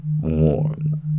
warm